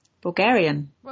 Bulgarian